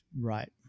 Right